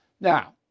Now